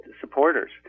supporters